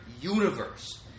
universe